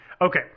Okay